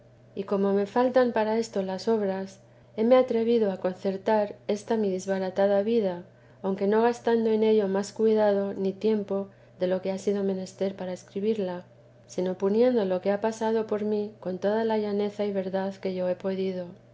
y como me faltan para esto las obras heme atrevido a concertar esta mi desbaratada vida aunque no gastando en ello más cuidado ni tiempo de lo que ha sido menester para mí con toda la llaneza y verdad que yo he podido